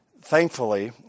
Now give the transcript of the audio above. Thankfully